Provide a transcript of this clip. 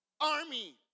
army